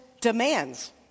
demands